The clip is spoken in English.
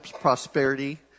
Prosperity